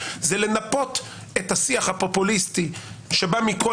זה לנפות את השיח הפופוליסטי שבא מכל